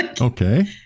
okay